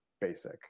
basic